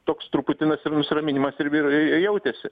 toks truputį nus ir nusiraminimas ir ir jautėsi